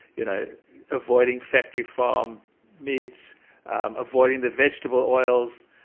you know avoiding factory-farmed meats avoiding the vegetable oils.